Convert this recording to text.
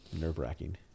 nerve-wracking